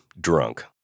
drunk